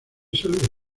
salud